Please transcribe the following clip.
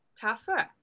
tougher